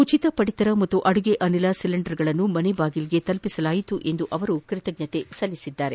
ಉಚಿತ ಪಡಿತರ ಮತ್ತು ಅಡುಗೆ ಅನಿಲ ಸಿಲಿಂಡರ್ಗಳನ್ನು ಮನೆ ಬಾಗಿಲಿಗೆ ತಲುಪಿಸಲಾಗಿದೆ ಎಂದು ಅವರು ಕೃತಜ್ಞತೆ ಸಲ್ಲಿಸಿದ್ದಾರೆ